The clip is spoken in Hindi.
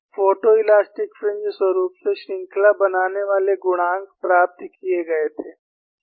फोटोइलास्टिक फ्रिंज स्वरुप से श्रृंखला बनाने वाले गुणांक प्राप्त किए गए थे